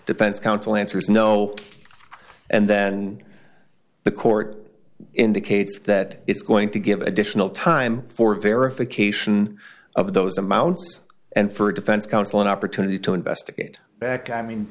defense counsel answer is no and then the court indicates that it's going to give additional time for verification of those amounts and for a defense counsel an opportunity to investigate back i mean